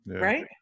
Right